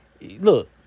look